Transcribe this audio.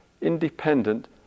independent